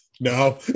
No